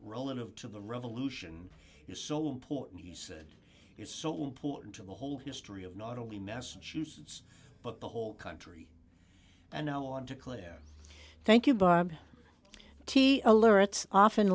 relative to the revolution is so important he said it's so important to the whole history of not only massachusetts but the whole country and no one to clear thank you bob t alerts of